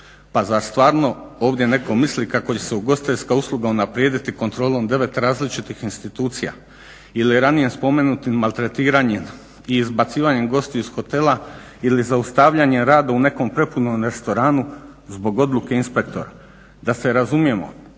Pa zar stvarno ovdje netko misli kako će se ugostiteljska usluga unaprijediti kontrolom 9 različitih institucija ili ranije spomenutim maltretiranjem i izbacivanjem gostiju iz hotela ili zaustavljanjem rada u nekom prepunom restoranu zbog odluke inspektora. Da se razumijemo,